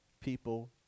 people